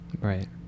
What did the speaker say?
Right